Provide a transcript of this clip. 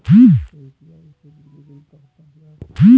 क्या यू.पी.आई से बिजली बिल का भुगतान किया जा सकता है?